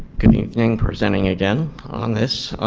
good evening. presenting again on this.